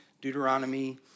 Deuteronomy